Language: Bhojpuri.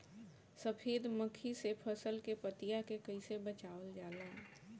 सफेद मक्खी से फसल के पतिया के कइसे बचावल जाला?